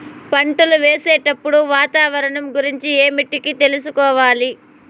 పంటలు వేసేటప్పుడు వాతావరణం గురించి ఏమిటికి తెలుసుకోవాలి?